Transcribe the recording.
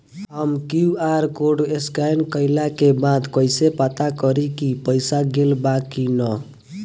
हम QR code scan कइला के बाद कइसे पता करि की पईसा गेल बा की न?